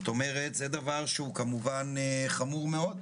זה דבר שהוא כמובן חמור מאוד.